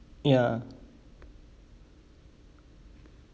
ya